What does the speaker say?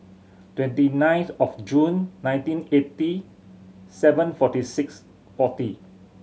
twenty ninth of June nineteen eighty seven forty six forty